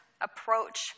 approach